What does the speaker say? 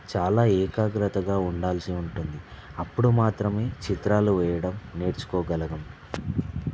చాలా ఏకాగ్రతగా ఉండాల్సి ఉంటుంది అప్పుడు మాత్రమే చిత్రాలు వేయడం నేర్చుకోగలం